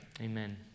amen